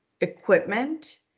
equipment